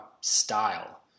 style